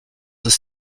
ist